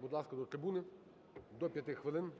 будь ласка, до трибуни. До 5 хвилин.